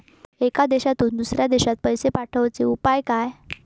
एका देशातून दुसऱ्या देशात पैसे पाठवचे उपाय काय?